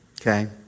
Okay